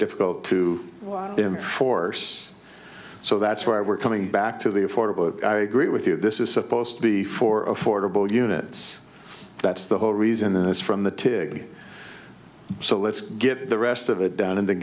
difficult to force so that's why we're coming back to the affordable i agree with you this is supposed to be for affordable units that's the whole reason this from the tig so let's get the rest of it down and